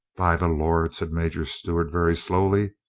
by the lord, said major stewart very slowly,